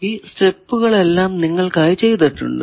ഈ സ്റ്റെപ്പുകൾ എല്ലാം നിങ്ങൾക്കായി ചെയ്തിട്ടുണ്ട്